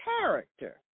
character